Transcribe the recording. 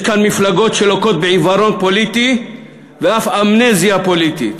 יש כאן מפלגות שלוקות בעיוורון פוליטי ואף באמנזיה פוליטית.